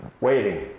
waiting